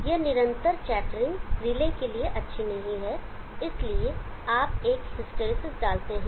यह निरंतर chattering relay के लिए अच्छी नहीं है इसलिए आप एक हिस्टैरिसीस डालते हैं